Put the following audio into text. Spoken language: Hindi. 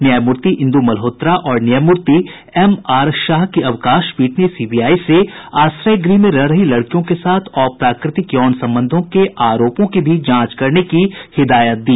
न्यायमूर्ति इन्दु मल्होत्रा और न्यायमूर्ति एम आर शाह की अवकाश पीठ ने सीबीआई से आश्रय गृह में रह रही लड़कियों के साथ अप्राकृ तिक यौन संबंधों के आरोपों की भी जांच करने की हिदायत दी